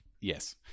Yes